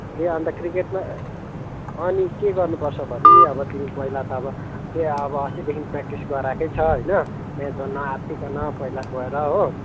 ए अन्त क्रिकेटमा अनि के गर्नुपर्छ भने नि अब तिमी पहिला त अब त्यही अब अस्तिदेखि प्र्याक्टिस गराएकै छ होइन म्याचमा नआत्तिइकन पहिला गएर हो